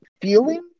feeling